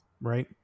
right